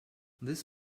this